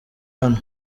hano